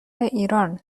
ایران